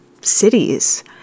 cities